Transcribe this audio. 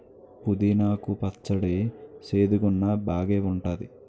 పుదీనా కు పచ్చడి సేదుగున్నా బాగేఉంటాది